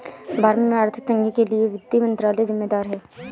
भारत में आर्थिक तंगी के लिए वित्त मंत्रालय ज़िम्मेदार है